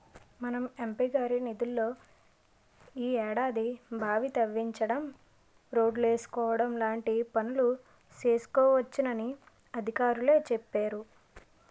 మన ఎం.పి గారి నిధుల్లో ఈ ఏడాది బావి తవ్వించడం, రోడ్లేసుకోవడం లాంటి పనులు చేసుకోవచ్చునని అధికారులే చెప్పేరు